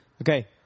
Okay